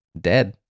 dead